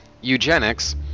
eugenics